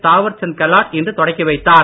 தாவர் சந்த் கெலாட் இன்று தொடக்கி வைத்தார்